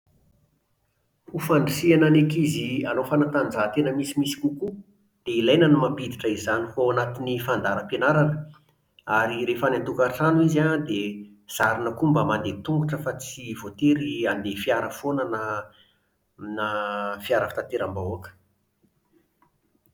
Ho fandrisihana ny ankizy hanao fanatanjahantena misimisy kokoa dia ilaina ny mampiditra izany ho ao anatin'ny fandaharam-pianarana. Ary rehefa any an-tokantrano izy an, dia zarina koa mba mandeha tongotra fa tsy voatery handeha fiara foana na na fiara fitaterambahoaka